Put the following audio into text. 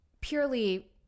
purely